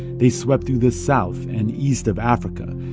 they swept through the south and east of africa.